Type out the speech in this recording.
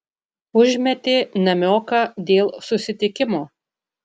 užmetė namioką dėl susitikimo